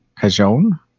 Cajon